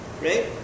right